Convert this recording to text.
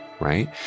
right